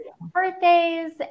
birthdays